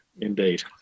Indeed